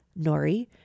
Nori